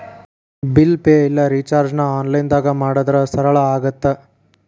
bill pay ಇಲ್ಲಾ ರಿಚಾರ್ಜ್ನ ಆನ್ಲೈನ್ದಾಗ ಮಾಡಿದ್ರ ಸರಳ ಆಗತ್ತ